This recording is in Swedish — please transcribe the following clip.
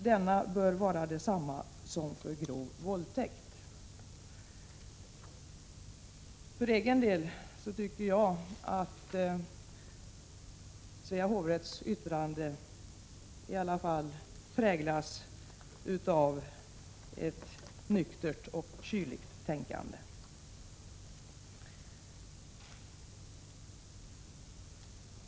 Denna bör vara densamma som för grov våldtäkt.” För egen del tycker jag att Svea hovrätts yttrande präglas av ett nyktert och kyligt tänkande.